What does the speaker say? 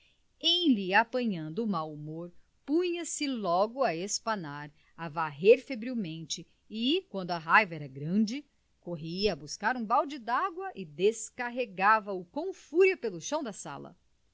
lhe apanhando o mau humor punha-se logo a espanar a varrer febrilmente e quando a raiva era grande corria a buscar um balde de água e descarregava o com fúria pelo chão da sala